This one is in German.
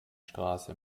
straße